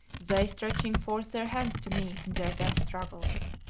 they stretching forth their hands to me their death struggles.